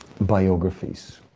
biographies